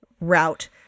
route